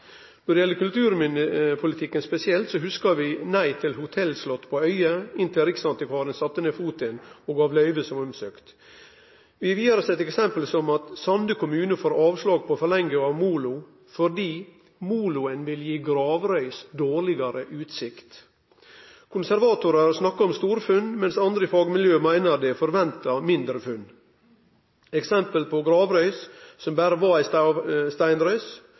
Når det gjeld kulturminnepolitikken spesielt, hugsar vi at ein sa nei til hotellslott på Øye, inntil Riksantikvaren sette ned foten og gav løyve, slik det var søkt om. Vi har vidare sett eksempel som at Sande kommune får avslag på forlenging av molo fordi moloen vil gi dårlegare utsikt til gravrøys. Konservatorar snakkar om store funn, mens andre i fagmiljøet meiner det er forventa mindre funn. Eksempel på gravrøys som berre var ei